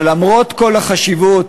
אבל למרות כל החשיבות